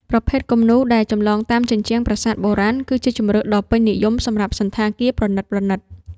ប្រភេទគំនូរ ដែលចម្លងតាមជញ្ជាំងប្រាសាទបុរាណ គឺជាជម្រើសដ៏ពេញនិយមសម្រាប់សណ្ឋាគារប្រណីតៗ។